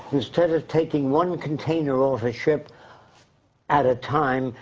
instead of taking one container off a ship at a time,